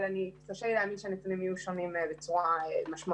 אבל קשה לי להאמין שהנתונים יהיו שונים בצורה משמעותית.